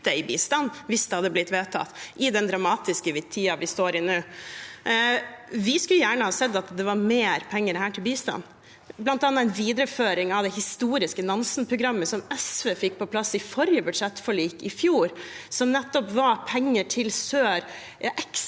i bistand, hvis det hadde blitt vedtatt, i den dramatiske tiden vi står i nå. Vi skulle gjerne sett at det var mer penger til bistand, bl.a. en videreføring av det historiske Nansen-programmet, som SV fikk på plass i forrige budsjettforlik, i fjor, og som nettopp var penger til sør.